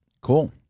Cool